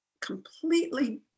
completely